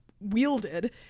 wielded